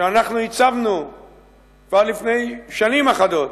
שאנחנו הצבנו כבר לפני שנים אחדות: